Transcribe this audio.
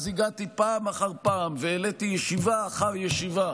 פעם אחר פעם וישיבה אחר ישיבה